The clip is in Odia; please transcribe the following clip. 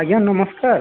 ଆଜ୍ଞା ନମସ୍କାର